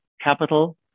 capital